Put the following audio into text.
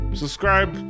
subscribe